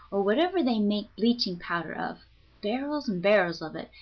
or whatever they make bleaching-powder of barrels and barrels of it,